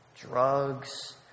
drugs